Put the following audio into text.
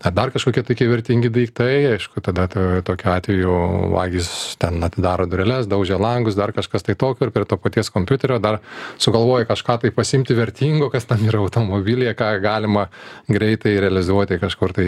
ar dar kažkokie tokie vertingi daiktai aišku tada tokiu atveju vagys ten atidaro dureles daužė langus dar kažkas tai tokio ir prie to paties kompiuterio dar sugalvoji kažką tai pasiimti vertingo kas ten yra automobilyje ką galima greitai realizuoti kažkur tai